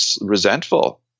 resentful